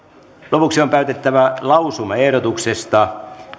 lopuksi on päätettävä lausumaehdotuksesta